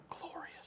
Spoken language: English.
glorious